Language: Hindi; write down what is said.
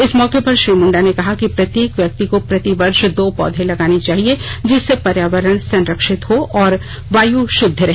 इस मौके पर श्री मुंडा ने कहा कि प्रत्येक व्यक्ति को प्रति वर्ष दो पौधे लगाने चाहिए जिससे पर्यावरण संरक्षित हो और वायु शद्ध रहे